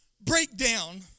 Breakdown